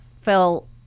fell